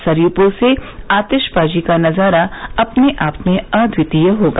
सरयू पुल से आतिशबाजी का नजारा अपने आप में अद्वितीय होगा